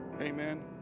Amen